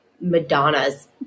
Madonna's